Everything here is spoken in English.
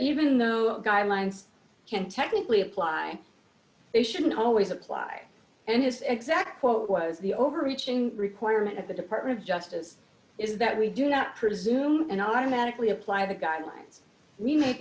even though our guidelines can't technically apply they shouldn't always apply and his exact quote was the overreaching requirement of the department of justice is that we do not presume and automatically apply the guidelines we make